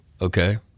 Okay